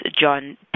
John